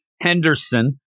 Henderson